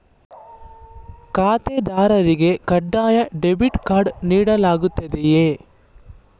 ಖಾತೆದಾರರಿಗೆ ಕಡ್ಡಾಯ debit card ನೀಡಲಾಗುತ್ತದೆಯೇ?